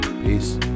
peace